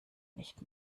nicht